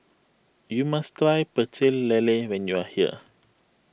you must try Pecel Lele when you are here